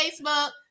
Facebook